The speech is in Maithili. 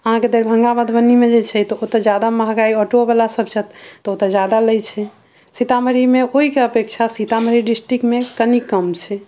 अहाँके दरभंगा मधुबनी मे जे छै तऽ ओतऽ जादा महगाइ ऑटो वाला सब छथि तऽ ओतऽ जादा लै छै सीतामढ़ी मे ओहिके अपेक्षा सीतामढ़ी डिस्ट्रिक्टमे कनी कम छै